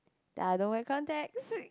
ya I don't wear contacts